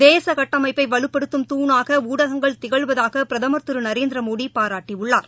தேச கட்டமைப்பை வலுப்படுத்தம் தூணாக ஊடகங்கள் திகழ்வதாக பிரதமர் திரு நரேந்திரமோடி பாராட்டியுள்ளார்